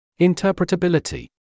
Interpretability